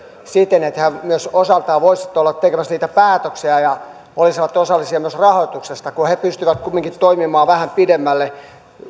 siten että he myös osaltaan voisivat olla tekemässä niitä päätöksiä ja olisivat osallisia myös rahoituksesta kun he he pystyvät kumminkin toimimaan vähän pidemmälle